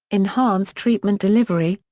enhance treatment delivery,